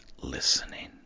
listening